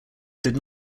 did